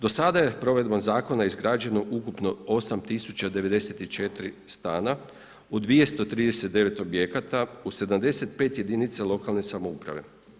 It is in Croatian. Do sada je provedbom zakona izgrađeno ukupno 8094 stana u 239 objekata, u 75 jedinica lokalne samouprave.